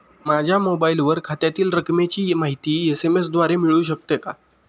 माझ्या मोबाईलवर खात्यातील रकमेची माहिती एस.एम.एस द्वारे मिळू शकते का?